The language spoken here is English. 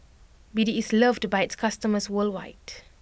B D is loved by its customers worldwide